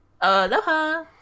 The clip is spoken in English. Aloha